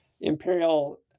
imperial